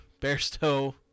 Bearstow